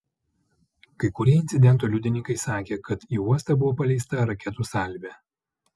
kai kurie incidento liudininkai sakė kad į uostą buvo paleista raketų salvė